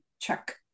check